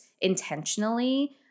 intentionally